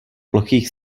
plochých